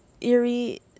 eerie